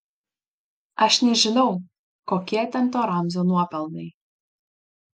aš nežinau kokie ten to ramzio nuopelnai